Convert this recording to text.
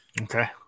Okay